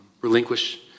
relinquish